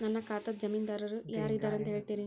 ನನ್ನ ಖಾತಾದ್ದ ಜಾಮೇನದಾರು ಯಾರ ಇದಾರಂತ್ ಹೇಳ್ತೇರಿ?